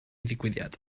ddigwyddiad